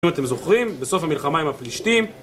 אם אתם זוכרים, בסוף המלחמה עם הפלישתים.